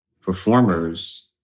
performers